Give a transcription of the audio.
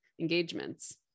engagements